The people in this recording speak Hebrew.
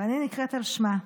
ואני נקראת על שמה.